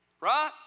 Right